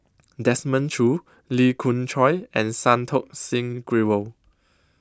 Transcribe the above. Desmond Choo Lee Khoon Choy and Santokh Singh Grewal